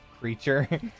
creature